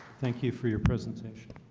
thank you for your presentation,